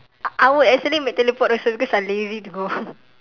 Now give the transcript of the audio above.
I I would actually make teleport also because I lazy to go